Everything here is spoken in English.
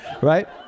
right